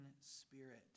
spirit